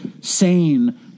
sane